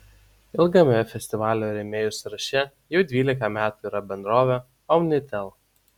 ilgame festivalio rėmėjų sąraše jau dvylika metų yra bendrovė omnitel